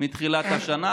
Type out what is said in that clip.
מתחילת השנה,